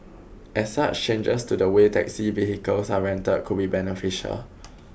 as such changes to the way taxi vehicles are rented could be beneficial